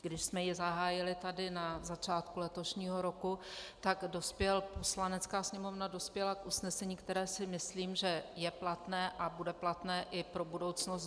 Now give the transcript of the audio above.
Když jsme ji zahájili tady na začátku letošního roku, dospěla Poslanecká sněmovna k usnesení, které si myslím, že je platné a bude platné i pro budoucnost.